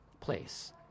place